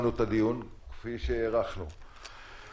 כפי שהערכנו לא סיימנו את הדיון.